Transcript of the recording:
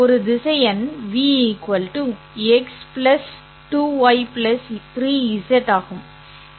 ஒரு திசையன் ́v x̂ 2ŷ 3ẑ ஆகும்